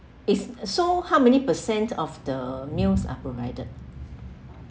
is so how many percent of the meals are provided